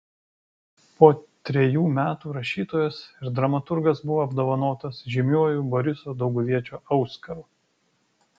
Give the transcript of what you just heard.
po trejų metų rašytojas ir dramaturgas buvo apdovanotas žymiuoju boriso dauguviečio auskaru